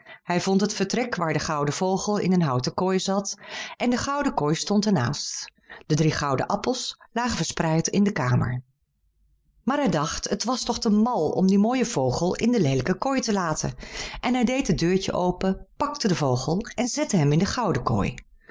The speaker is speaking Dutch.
hij vond het vertrek waar de gouden vogel in een houten kooi zat en de gouden kooi stond er naast de drie gouden appels lagen verspreid in de kamer maar hij dacht het was toch te mal om dien mooien vogel in de leelijke kooi te laten en hij deed het deurtje open pakte den vogel en zette hem in de gouden kooi